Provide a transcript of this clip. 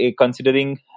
considering